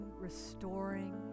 restoring